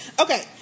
Okay